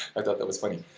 i thought that was funny.